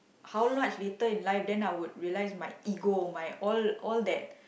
how much later in life then I would realise my ego my all all that